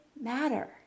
matter